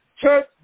Church